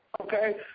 okay